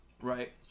right